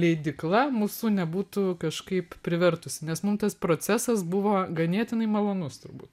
leidykla mūsų nebūtų kažkaip privertusi nes mum tas procesas buvo ganėtinai malonus turbūt